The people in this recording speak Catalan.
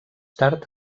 tard